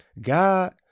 God